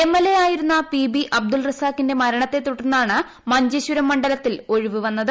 M L A ആയിരുന്ന P B Abdul റസാക്കിന്റെ മരണത്തെ തുടർന്നാണ് മഞ്ചേശ്വരം മണ്ഡലത്തിൽ ഒഴിവ് വന്നത്